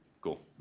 Cool